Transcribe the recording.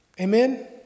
Amen